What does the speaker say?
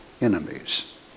enemies